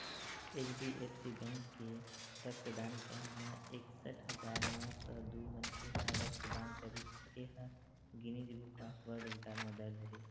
HDFC bank के रक्तदान camp म एकसट हजार नव सौ दू मनखे ह रक्तदान करिस ए ह Guinness book of world record म दर्ज हे